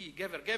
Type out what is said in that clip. גבר-גבר.